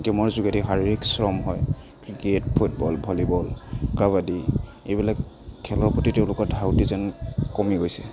গেমৰ যোগেদি শাৰীৰিক শ্ৰম হয় ক্ৰিকেট ফুটবল ভলিবল কাবাডী এইবিলাক খেলৰ প্ৰতি তেওঁলোকৰ ধাউতি যেন কমি গৈছে